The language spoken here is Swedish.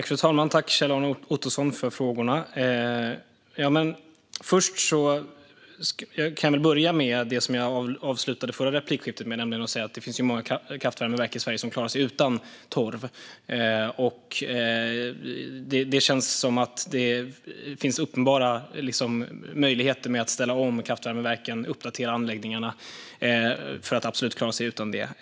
Fru talman! Jag tackar Kjell-Arne Ottosson för frågorna. Jag börjar med det jag avslutade förra replikskiftet med, nämligen att det finns många kraftvärmeverk i Sverige som klarar sig utan torv. Det känns som att det finns uppenbara möjligheter att ställa om kraftvärmeverken och uppdatera anläggningarna så att de klarar sig utan torv.